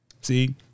See